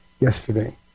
yesterday